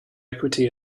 equity